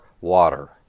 water